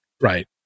right